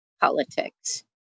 politics